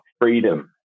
freedom